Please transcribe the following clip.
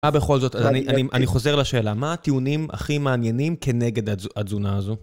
בכל זאת, אני חוזר לשאלה, מה הטיעונים הכי מעניינים כנגד התזונה הזו?